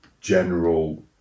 general